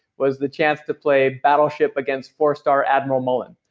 was the chance to play battleship against four star admiral mullen.